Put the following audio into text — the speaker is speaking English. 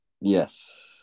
Yes